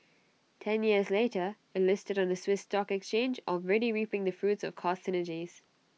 ten years later IT listed on the Swiss stock exchange already reaping the fruits of cost synergies